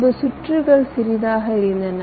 முன்பு சுற்றுகள் சிறியதாக இருந்தன